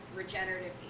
regenerative